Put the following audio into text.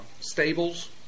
stables